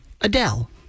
Adele